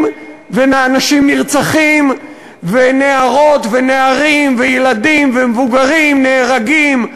ואנשים נרצחים ונערות ונערים וילדים ומבוגרים נהרגים,